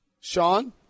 Sean